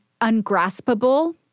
ungraspable